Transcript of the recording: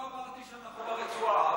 לא אמרתי שאנחנו ברצועה,